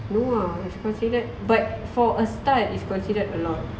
no ah it's considered but for a start it's considered a lot